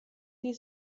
die